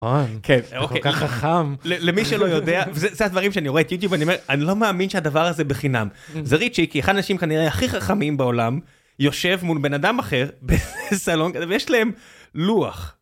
חכם למי שלא יודע את הדברים שאני רואה את יוטיוב אני לא מאמין שהדבר הזה בחינם זה ריצ'י כי אחד האנשים כנראה הכי חכמים בעולם. יושב מול בן אדם אחר בסלון ויש להם לוח.